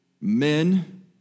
men